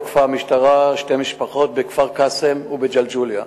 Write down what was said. תקפה המשטרה שתי משפחות בכפר-קאסם ובג'לג'וליה.